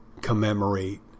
commemorate